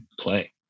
play